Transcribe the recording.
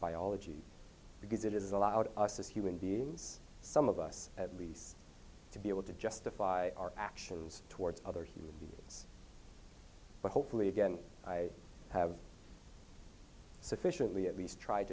biology because it is allowed us as human beings some of us at least to be able to justify our actions towards other human beings but hopefully again i have sufficiently at least tried